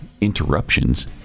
interruptions